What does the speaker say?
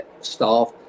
staff